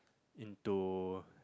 into